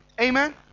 Amen